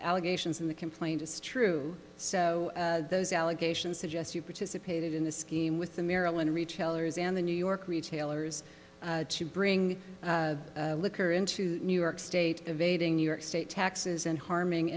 allegations in the complaint is true so those allegations suggest you participated in the scheme with the maryland retailers and the new york retailers to bring liquor into new york state of aiding new york state taxes and harming